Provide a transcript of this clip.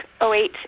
08